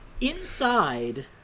Inside